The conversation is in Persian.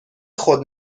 خود